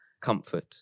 comfort